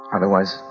Otherwise